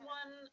one